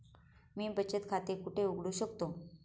मी बचत खाते कुठे उघडू शकतो?